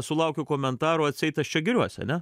sulaukiu komentarų atseit aš čia giriuosi ane